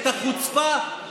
את החוצפה,